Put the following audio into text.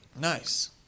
Nice